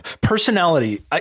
Personality